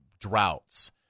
droughts